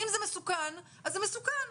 אם זה מסוכן אז זה מסוכן,